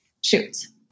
shoots